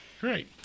Great